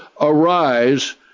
arise